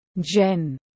Jen